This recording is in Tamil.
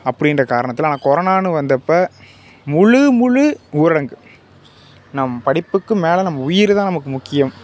அப்படின்ற காரணத்தில் ஆனால் கொரோனான்னு வந்தப்போ முழு முழு ஊரடங்கு நம் படிப்புக்கும் மேல் நம்ம உயிர்தான் நமக்கு முக்கியம்